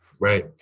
Right